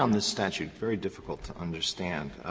um this statute very difficult to understand,